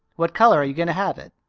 what color are you going to have it?